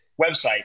website